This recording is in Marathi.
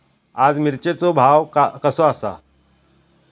आज मिरचेचो भाव कसो आसा?